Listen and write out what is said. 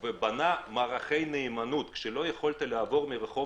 ובנה מערכי נאמנות שלא היית יכול לעבור מרחוב